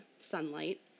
sunlight